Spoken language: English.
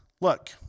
look